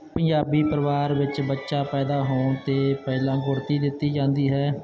ਪੰਜਾਬੀ ਪਰਿਵਾਰ ਵਿੱਚ ਬੱਚਾ ਪੈਦਾ ਹੋਣ 'ਤੇ ਪਹਿਲਾਂ ਗੁੜਤੀ ਦਿੱਤੀ ਜਾਂਦੀ ਹੈ